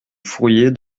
fourier